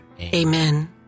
Amen